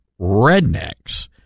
rednecks